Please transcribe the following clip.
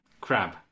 crab